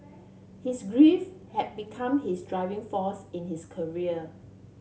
his grief had become his driving force in his career